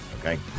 okay